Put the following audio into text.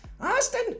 Austin